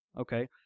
okay